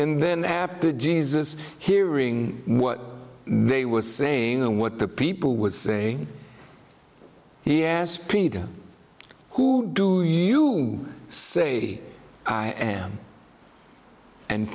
and then after jesus hearing what they were saying and what the people was saying he asked peter who do you say i am and